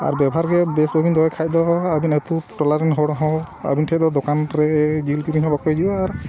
ᱟᱨ ᱵᱮᱵᱷᱟᱨ ᱜᱮ ᱵᱮᱥ ᱵᱟᱹᱞᱤᱧ ᱫᱚᱦᱚᱭ ᱠᱷᱟᱱ ᱫᱚ ᱟᱹᱵᱤᱱ ᱟᱛᱳ ᱴᱚᱞᱟ ᱨᱮᱱ ᱦᱚᱲ ᱦᱚᱸ ᱟᱹᱵᱤᱱ ᱴᱷᱮᱱ ᱫᱚ ᱫᱚᱠᱟᱱ ᱨᱮ ᱡᱤᱞ ᱠᱤᱫᱤᱱ ᱦᱚᱸ ᱵᱟᱠᱚ ᱦᱤᱡᱩᱜᱼᱟ ᱟᱨ